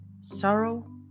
sorrow